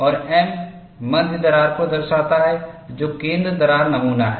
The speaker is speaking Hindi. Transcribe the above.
और M मध्य दरार को दर्शाता है जो केंद्र दरार नमूना है